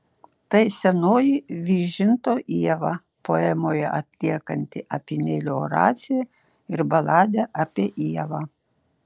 tai senoji vyžinto ieva poemoje atliekanti apynėlio oraciją ir baladę apie ievą